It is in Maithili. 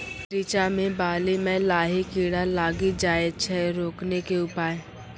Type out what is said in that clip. रिचा मे बाली मैं लाही कीड़ा लागी जाए छै रोकने के उपाय?